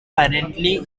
currently